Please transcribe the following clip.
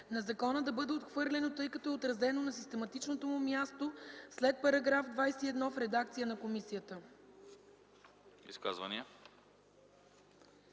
на закона да бъде отхвърлен, тъй като е отразен на систематичното му място след § 21 в редакция на комисията. ПРЕДСЕДАТЕЛ